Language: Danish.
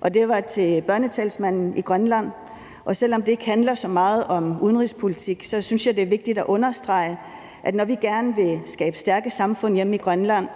og det var til børnetalsmanden i Grønland, og selv om det ikke handler så meget om udenrigspolitik, synes jeg, det er vigtigt at understrege, at vi, når vi gerne vil skabe stærke samfund hjemme i Grønland